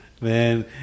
Man